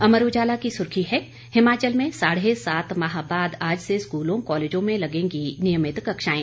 अमर उजाला की सुर्खी है हिमाचल में साढ़े सात माह बाद आज से स्कूलों कॉलेजों में लगेंगी नियमित कक्षाएं